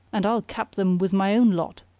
and i'll cap them with my own lot'!